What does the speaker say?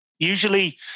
Usually